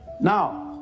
Now